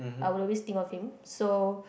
I will always think of him so